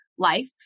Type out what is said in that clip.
life